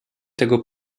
tego